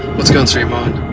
what's going through your mind?